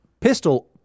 pistol